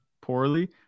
poorly